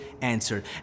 answered